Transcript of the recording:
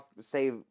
say